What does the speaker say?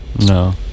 no